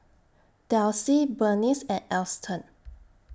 Delsie Berniece and Alston